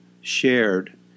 shared